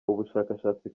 ubushakashatsi